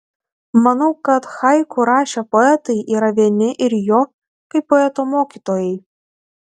manau kad haiku rašę poetai yra vieni ir jo kaip poeto mokytojai